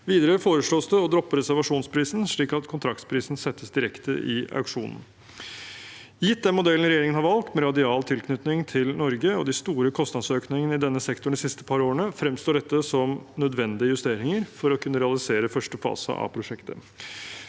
Videre foreslås det å droppe reservasjonsprisen, slik at kontraktsprisen settes direkte i auksjonen. Gitt den modellen regjeringen har valgt, med radial tilknytning til Norge, og de store kostnadsøkningene i denne sektoren de siste par årene, fremstår dette som nødvendige justeringer for å kunne realisere første fase av prosjektet.